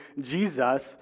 Jesus